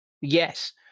Yes